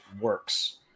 works